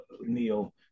Neil